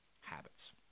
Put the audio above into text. habits